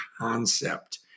concept